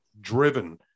driven